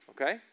Okay